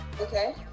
Okay